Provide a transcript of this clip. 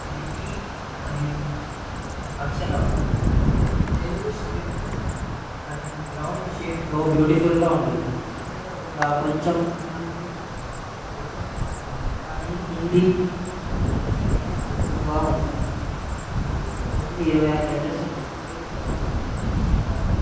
లిపి మరియు అక్షరాలు తెలుగు స్క్రిప్ట్ అండ్ రౌండ్ షేప్తో బ్యూటిఫుల్గా ఉంటుంది తమిళ్లో కూడా కొంచెం అలాంటి గొలువినే ఉంటుంది కానీ హిందీలో స్ట్రయిట్ లైన్స్ ఎక్కువగా ఉంటాయి ఇంగ్లీష్లో ఓన్లీ ఇరవై ఆరు లెటర్స్ ఉంటయి తెలుగులో గుణింతాలు